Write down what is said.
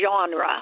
genre